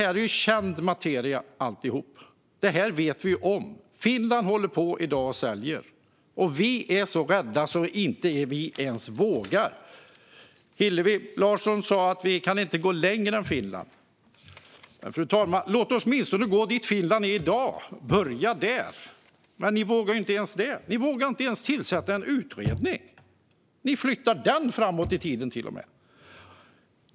Allt detta är känd materia. Detta vet vi om. Finland har i dag försäljning. Men vi är så rädda att vi inte ens vågar. Hillevi Larsson sa att vi inte kan gå längre än Finland. Men låt oss, fru talman, åtminstone gå dit Finland är i dag och börja där. Men ni vågar inte ens det, Lena Hallengren. Ni vågar inte ens tillsätta en utredning. Ni flyttar till och med den framåt i tiden.